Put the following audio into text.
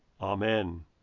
Amen